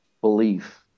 belief